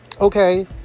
okay